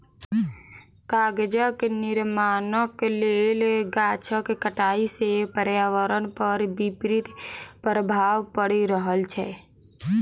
कागजक निर्माणक लेल गाछक कटाइ सॅ पर्यावरण पर विपरीत प्रभाव पड़ि रहल छै